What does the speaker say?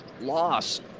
loss